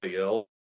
else